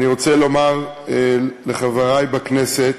אני רוצה לומר לחברי בכנסת